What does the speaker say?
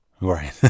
Right